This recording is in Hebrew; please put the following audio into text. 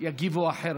יגיבו אחרת,